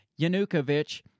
Yanukovych